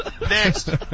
Next